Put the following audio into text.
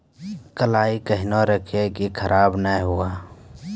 कलाई केहनो रखिए की खराब नहीं हुआ?